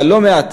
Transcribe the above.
אבל לא מעט,